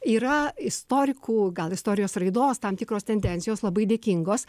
yra istorikų gal istorijos raidos tam tikros tendencijos labai dėkingos